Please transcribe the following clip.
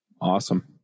Awesome